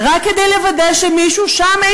רק כדי לוודא שמישהו שם,